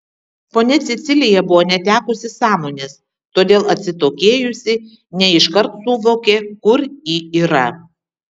ponia cecilija buvo netekusi sąmonės todėl atsitokėjusi ne iškart suvokė kur ji yra